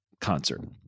concert